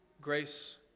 grace